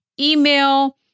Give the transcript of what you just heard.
email